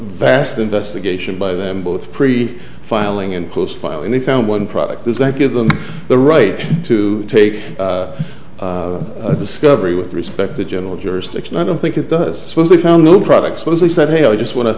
vast investigation by them both pre filing and close file and they found one product does that give them the right to take a discovery with respect to general jurisdiction i don't think it does suppose they found new products because they said hey i just want to